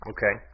Okay